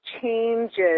changes